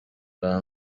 bwa